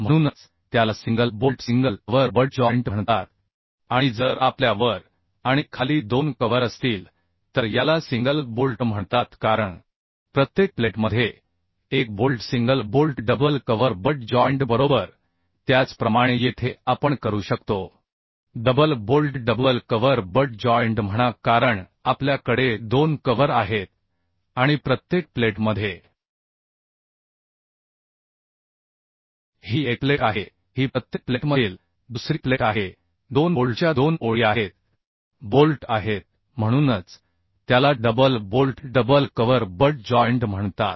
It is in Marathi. म्हणूनच त्याला single bolt single cover butt joint म्हणतात आणि जर आपल्या आणि खाली दोन कव्हर असतील तर याला सिंगल बोल्ट म्हणतात कारण प्रत्येक प्लेटमध्ये एक bolt single bolt double cover butt joint बरोबर त्याचप्रमाणे येथे आपण करू शकतो double bolt double cover butt joint म्हणा कारण आपल्या कडे दोन कव्हर आहेत आणि प्रत्येक प्लेटमध्ये ही एक प्लेट आहे ही प्रत्येक प्लेटमधील दुसरी प्लेट आहे दोन बोल्टच्या दोन ओळी आहेत बोल्ट आहेत म्हणूनच त्याला double bolt double cover butt joint म्हणतात